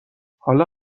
حالا